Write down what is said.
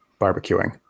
barbecuing